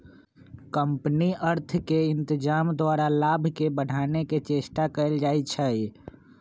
company अर्थ के इत्जाम द्वारा लाभ के बढ़ाने के चेष्टा कयल जाइ छइ